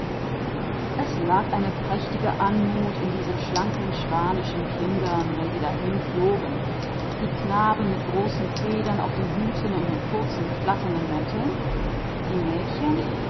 es lag eine stattliche grazie über diesen schlanken spanischen kindern wie sie herumhuschten die knaben mit ihren großfedrigen hüten und den kurzen flatternden mänteln die mädchen